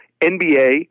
NBA